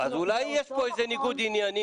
אנחנו עושות --- אז אולי יש פה איזה ניגוד עניינים?